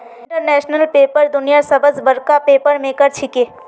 international paper दुनियार सबस बडका पेपर मेकर छिके